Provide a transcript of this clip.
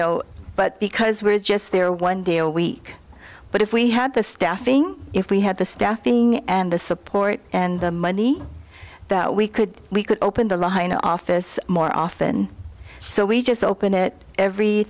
know but because we're just there one day a week but if we had the staffing if we had the staffing and the support and the money that we could we could open the law in our office more often so we just open it every